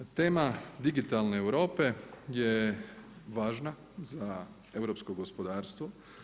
Tema digitalne Europe je važna za europskog gospodarstvo.